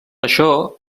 això